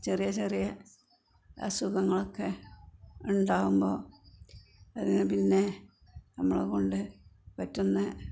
ചെറിയ ചെറിയ അസുഖങ്ങളൊക്കെ ഉണ്ടാവുമ്പം അതിന് പിന്നെ നമ്മളെക്കൊണ്ട് പറ്റുന്ന